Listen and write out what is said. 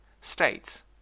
states